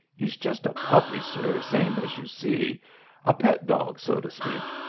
e's just a puppy, sir, same as you see a pet dog, so to speak.